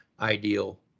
ideal